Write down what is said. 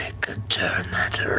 could turn that